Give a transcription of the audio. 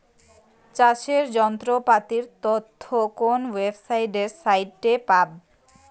চাষের যন্ত্রপাতির তথ্য কোন ওয়েবসাইট সাইটে পাব?